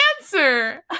answer